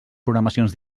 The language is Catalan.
programacions